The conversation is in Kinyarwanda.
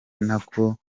nako